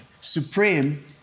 supreme